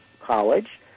College